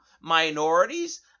minorities